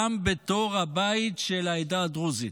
גם בתור הבית של העדה הדרוזית.